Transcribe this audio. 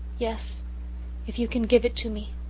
yes if you can give it to me,